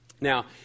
Now